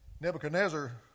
Nebuchadnezzar